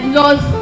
laws